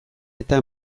eta